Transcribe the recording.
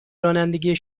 رانندگی